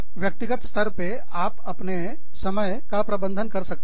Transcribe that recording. व्यक्तिगत स्तर पर आप अपने समय का प्रबंधन कर सकते हैं